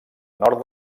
nord